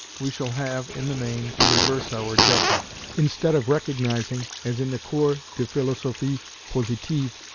we shall have, in the main, to reverse our judgment. instead of recognizing, as in the cours de philosophic positive,